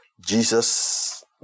Jesus